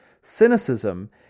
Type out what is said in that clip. cynicism